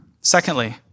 Secondly